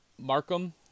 Markham